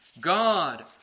God